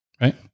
Right